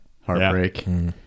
Heartbreak